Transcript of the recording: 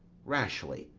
rashly,